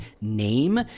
name